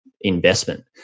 investment